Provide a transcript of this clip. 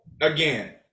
again